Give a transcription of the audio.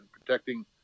protecting